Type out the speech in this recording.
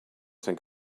think